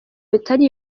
bitari